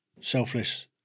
selfless